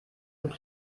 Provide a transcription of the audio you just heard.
und